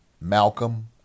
Malcolm